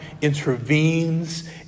intervenes